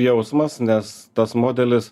jausmas nes tas modelis